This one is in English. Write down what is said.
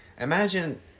imagine